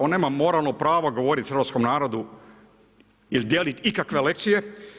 On nema moralno pravo govoriti hrvatskom narodu ili dijelit ikakve lekcije.